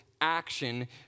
action